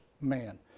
man